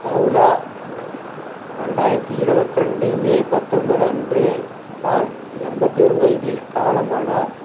தௌலா ரெண்டாயிரத்தி இருபத்து ரெண்டு மே பத்தொன்போது அன்று தான் எண்பத்தொரு வயதில் காலமானார்